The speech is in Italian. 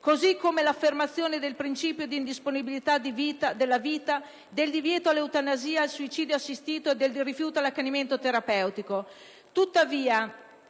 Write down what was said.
così come l'affermazione del principio di indisponibilità della vita, del divieto dell'eutanasia e del suicidio assistito e del rifiuto dell'accanimento terapeutico. Rimane